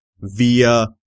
via